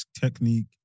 technique